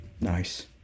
Nice